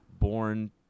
born